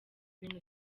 bintu